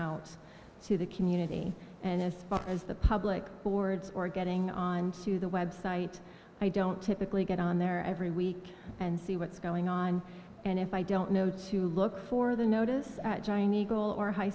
out to the community and as far as the public boards or getting on to the web site i don't typically get on there every week and see what's going on and if i don't know to look for the notice join eagle or high